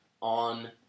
on